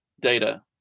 data